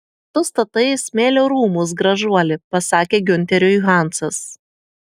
tu statai smėlio rūmus gražuoli pasakė giunteriui hansas